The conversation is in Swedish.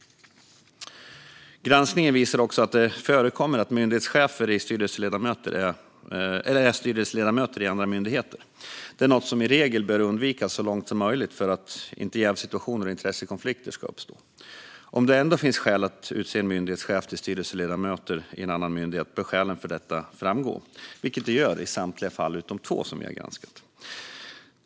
Granskningen visar också att det förekommer att myndighetschefer är styrelseledamöter i andra myndigheter. Detta är något som i regel bör undvikas så långt som möjligt för att inte jävssituationer och lojalitetskonflikter ska uppstå. Om det ändå finns skäl att utse en myndighetschef till styrelseledamot i en annan myndighet bör skälen för detta framgå, vilket det gör i samtliga fall som vi har granskat utom två.